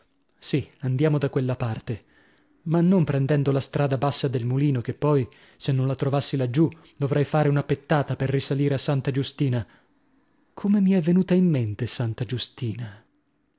sì andiamo da quella parte ma non prendendo la strada bassa del mulino che poi se non la trovassi laggiù dovrei fare una pettata per risalire a santa giustina come mi è venuta in mente santa giustina